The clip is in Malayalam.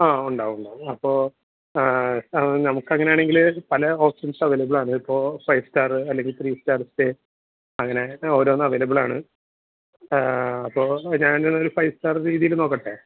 ആ ഉണ്ടാവും ഉണ്ടാവും അപ്പോൾ നമുക്ക് അങ്ങനെ ആണെങ്കിൽ പല ഹോസ്റ്റൽസ് അവൈലബിൾ ആണ് ഇപ്പോൾ ഫൈവ് സ്റ്റാർ അല്ലെങ്കിൽ ത്രീ സ്റ്റാർ സ്റ്റേ അങ്ങനെ ഓരോന്ന് അവൈലബിൾ ആണ് അപ്പോൾ ഞാനൊരു ഫൈവ് സ്റ്റാർ രീതിയിൽ നോക്കട്ടേ